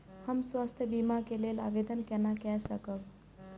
हम स्वास्थ्य बीमा के लेल आवेदन केना कै सकब?